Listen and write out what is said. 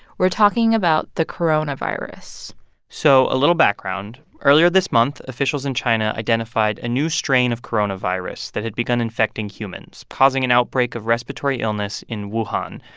we're talking about the coronavirus so a little background earlier this month, officials in china identified a new strain of coronavirus that had begun infecting humans, causing an outbreak of respiratory illness in wuhan,